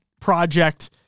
project